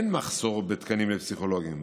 אין מחסור בתקנים לפסיכולוגים.